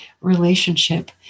relationship